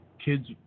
kids